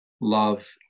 love